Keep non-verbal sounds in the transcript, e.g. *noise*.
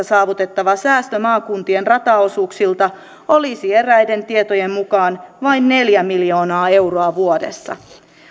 *unintelligible* saavutettava säästö maakuntien rataosuuksilta olisi eräiden tietojen mukaan vain neljä miljoonaa euroa vuodessa